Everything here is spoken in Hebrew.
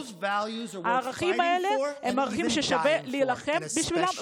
הערכים האלה הם ערכים ששווה להילחם בשבילם,